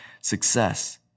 success